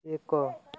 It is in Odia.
ଏକ